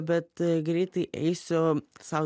bet greitai eisiu sau